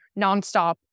nonstop